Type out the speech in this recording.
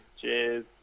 Cheers